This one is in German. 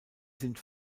sind